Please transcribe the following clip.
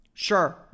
Sure